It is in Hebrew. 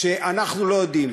שאנחנו לא יודעים.